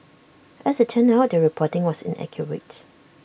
as IT turned out the reporting was inaccurate